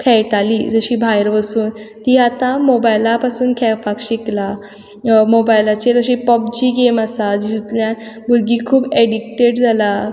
खेयटालीं जशीं भायर वसून ती आतां मोबायला पासून खेळपाक शिकलां मोबायलाचेर अशीं पब जी गेम आसा जितूंतल्यान भुरगीं खूब एडिक्टेड जालां